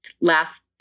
laugh